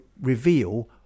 reveal